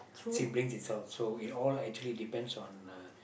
siblings itself so it all actually depends on uh